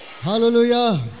Hallelujah